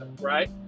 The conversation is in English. right